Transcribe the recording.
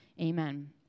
Amen